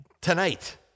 tonight